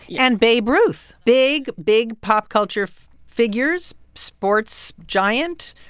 and babe ruth. big, big pop culture figures sports giant,